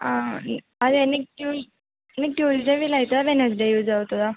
ఈ అదే నీకు ట్యూస్ నీకు ట్యూస్డే వీలు అవుతుందా వేడ్నెస్డే వీలు అవుతుందా